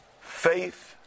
faith